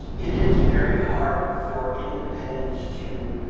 it is very hard for independents to